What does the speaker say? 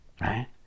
right